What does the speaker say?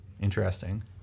Interesting